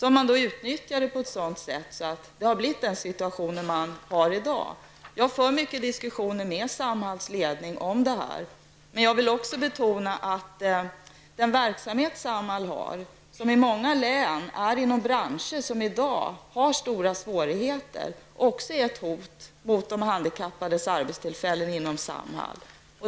Den utnyttjade man så, att det har blivit den situation man har i dag. Jag diskuterar mycket med Samhalls ledning om detta. Men jag vill också betona att den verksamhet Samhall bedrivs i många län inom branscher som i dag har stora svårigheter. Det är också ett hot mot de handikappades arbetstillfällen inom Samhall.